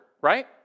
right